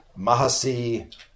Mahasi